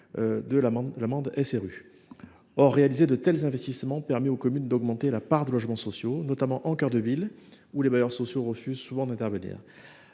de l’amende SRU. Or de tels investissements permettent aux communes d’augmenter leur part de logements sociaux, notamment en cœur de ville, là où les bailleurs sociaux refusent souvent d’intervenir.